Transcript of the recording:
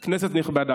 כנסת נכבדה,